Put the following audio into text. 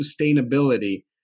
sustainability